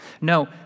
No